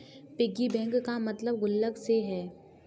piggy bank का मतलब गुल्लक से है